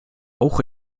auch